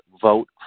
vote